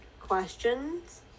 questions